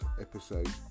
episode